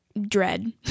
dread